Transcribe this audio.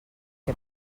que